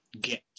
get